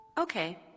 Okay